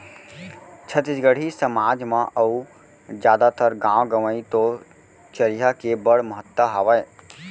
छत्तीसगढ़ी समाज म अउ जादातर गॉंव गँवई तो चरिहा के बड़ महत्ता हावय